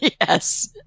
Yes